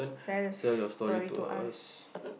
sell story to us